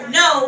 no